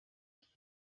als